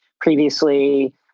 previously